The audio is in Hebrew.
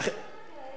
למה אתה אומר את זה?